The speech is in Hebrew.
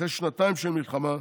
אחרי שנתיים של מלחמה,